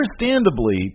Understandably